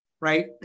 right